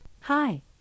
Hi